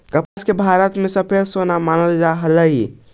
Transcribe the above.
कपास के भारत में सफेद सोना मानल जा हलई